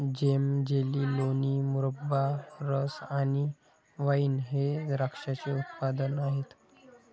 जेम, jelly, लोणी, मुरब्बा, रस आणि वाइन हे द्राक्षाचे उत्पादने आहेत